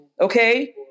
Okay